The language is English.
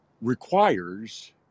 requires